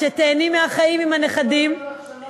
שתיהני מהחיים עם הנכדים.